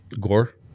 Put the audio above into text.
Gore